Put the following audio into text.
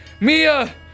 Mia